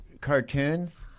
cartoons